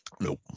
Nope